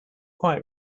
quite